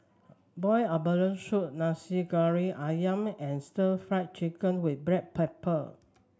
Boiled Abalone Soup Nasi Goreng ayam and Stir Fried Chicken with Black Pepper